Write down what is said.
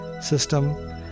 system